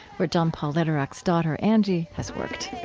where john paul lederach's daughter, angie, has worked